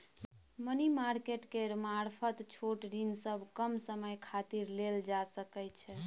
money market केर मारफत छोट ऋण सब कम समय खातिर लेल जा सकइ छै